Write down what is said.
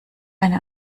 eine